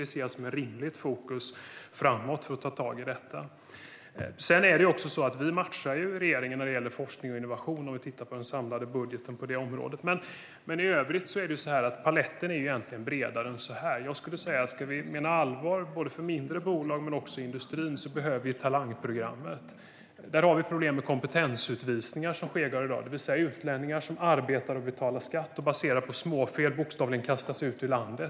Det ser jag som ett rimligt fokus framåt för att ta tag i detta. Det är också så att vi matchar regeringen när det gäller forskning och innovation, om vi tittar på den samlade budgeten på det området. Men i övrigt är paletten bredare än så här. Jag skulle säga att vi, om vi menar allvar när det gäller både mindre bolag och industrin, behöver talangprogrammet. Där har vi problem med kompetensutvisningar, som sker varje dag. Utlänningar som arbetar och betalar skatt kastas, baserat på småfel, bokstavligen ut ur landet.